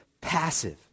passive